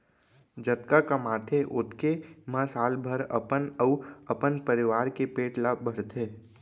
जतका कमाथे ओतके म साल भर अपन अउ अपन परवार के पेट ल भरथे